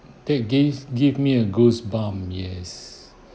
tape gives give me a goosebump yes